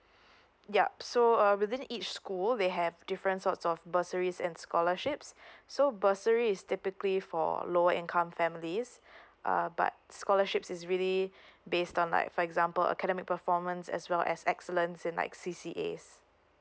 yup so uh within each school they have different sorts of bursaries and scholarships so bursary is typically for lower income families uh but scholarships is really based on like for example academic performance as well as excellence in like C_C_A